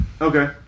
Okay